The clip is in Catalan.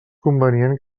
convenient